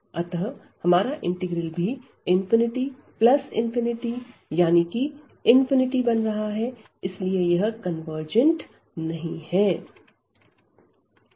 अतः हमारा इंटीग्रल भी ∞∞ यानी कि बन रहा है इसीलिए यह कन्वर्जिंट नहीं है